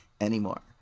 anymore